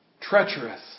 treacherous